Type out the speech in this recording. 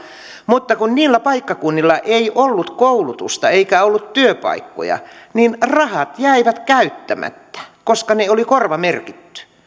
mutta kun niillä paikkakunnilla ei ollut koulutusta eikä ollut työpaikkoja niin rahat jäivät käyttämättä koska ne oli korvamerkitty